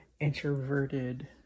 introverted